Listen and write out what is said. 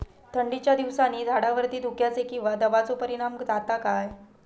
थंडीच्या दिवसानी झाडावरती धुक्याचे किंवा दवाचो परिणाम जाता काय?